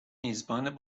میزبان